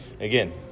again